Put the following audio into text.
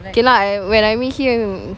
K lah and when I meet him